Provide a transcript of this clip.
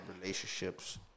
relationships